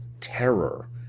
terror